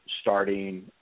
starting